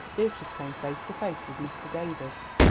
beatrice came face to face with mr. davies.